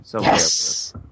Yes